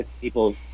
people